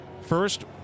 first